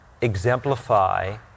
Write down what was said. exemplify